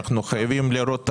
אנחנו חייבים לראות השוואה.